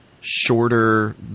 shorter